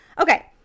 Okay